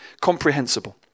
comprehensible